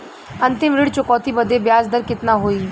अंतिम ऋण चुकौती बदे ब्याज दर कितना होई?